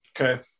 Okay